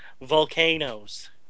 Volcanoes